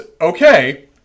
okay